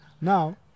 Now